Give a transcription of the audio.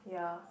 yeah